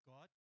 God